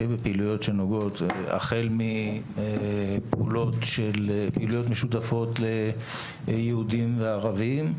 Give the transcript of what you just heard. החל מפעילויות משותפות ליהודים וערבים,